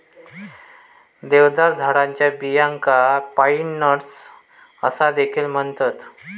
देवदार झाडाच्या बियांका पाईन नट्स असा देखील म्हणतत